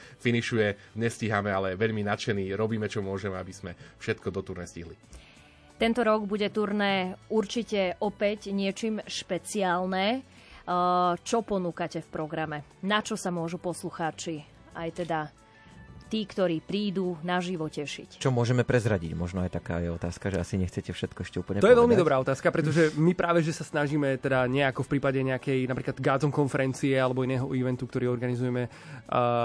finišuje. Nestíhame, ale veľmi nadšení. Robíme, čo môžeme, aby sme všetko do turné stihli. Tento rok bude turné určite opäť niečím špeciálne. Uh, čo ponúkate v programe? Na čo sa môžu poslucháči, aj teda tí, ktorí prídu na živo tešiť? Čo môžeme prezradiť? Možno aj taká je otázka, že asi nechcete všetko ešte úplne To je veľmi povedať. dobrá otázka, pretože my práve, že sa snažíme teda nejako v prípade nejakej napríklad Godzone konferencie alebo iného eventu, ktorý organizujeme, uh,